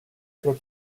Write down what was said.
quand